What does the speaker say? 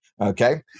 Okay